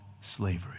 slavery